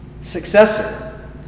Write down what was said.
successor